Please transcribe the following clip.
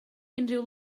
unrhyw